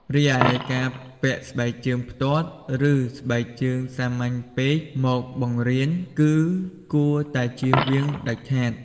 រីឯការពាក់ស្បែកជើងផ្ទាត់ ឬ ស្បែកជើងសាមញ្ញពេកមកបង្រៀនគឺគួរតែចៀសវាងដាច់ខាត។